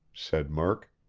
said murk.